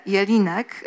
Jelinek